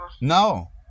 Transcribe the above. no